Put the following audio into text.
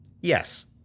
Yes